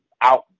out